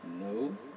No